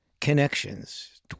connections